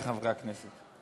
עמיתי חברי הכנסת,